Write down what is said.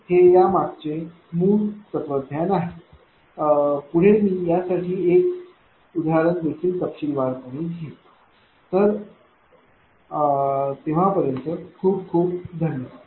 तर हे यामागचे मूलभूत तत्वज्ञान आहे पुढे मी यासाठी एक लहान उदाहरण तपशीलवार पणे घेईन